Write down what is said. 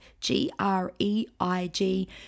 G-R-E-I-G